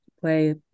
play